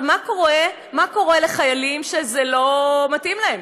מה קורה לחיילים שזה לא מתאים להם?